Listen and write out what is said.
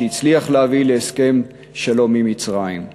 שהצליח להביא להסכם שלום עם מצרים,